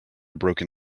broken